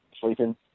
sleeping